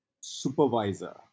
Supervisor